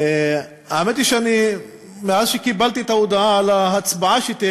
האמת היא שמאז שקיבלתי את ההודעה על ההצבעה שתהיה